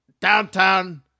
downtown